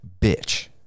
bitch